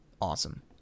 awesome